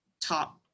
top